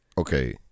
Okay